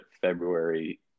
February